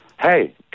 Hey